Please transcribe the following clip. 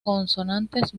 consonantes